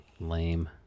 lame